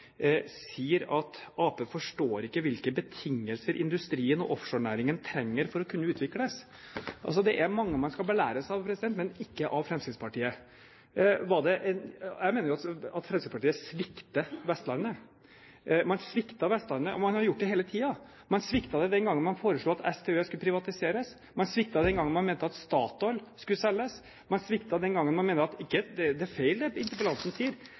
sier følgende: «Ap forstår ikke hvilke betingelser industrien og offshorenæringen trenger for å kunne utvikles.» Det er mange man skal belæres av, men ikke av Fremskrittspartiet. Jeg mener at Fremskrittspartiet svikter Vestlandet. Man har sviktet Vestlandet – og man har gjort det hele tiden. Man sviktet den gangen man foreslo at SDØE skulle privatiseres, og man sviktet den gangen man mente at Statoil skulle selges. Det er feil det interpellanten sier